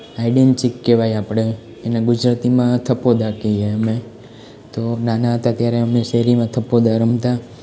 હાઇડેન્સીક કહેવાય આપણે એને ગુજરાતીમાં થપ્પો દાવ કહીએ અમે તો નાના હતા ત્યારે અમે શેરીમાં થપ્પો દાવ રમતા